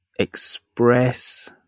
Express